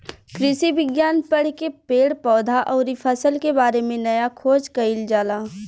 कृषि विज्ञान पढ़ के पेड़ पौधा अउरी फसल के बारे में नया खोज कईल जाला